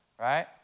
right